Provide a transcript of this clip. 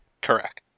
correct